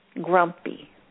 grumpy